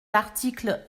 l’article